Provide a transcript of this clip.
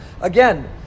again